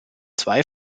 zwei